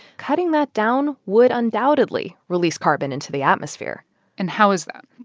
cutting that down would undoubtedly release carbon into the atmosphere and how is that?